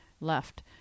left